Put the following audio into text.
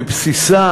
בבסיסה,